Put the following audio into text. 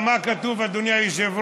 מה כתוב שם, אדוני היושב-ראש?